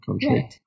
country